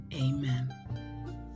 Amen